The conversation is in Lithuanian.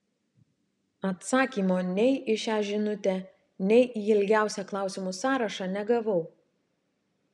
atsakymo nei į šią žinutę nei į ilgiausią klausimų sąrašą negavau